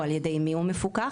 או על ידי מי הוא מפוקח?